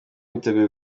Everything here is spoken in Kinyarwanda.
yiteguye